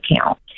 account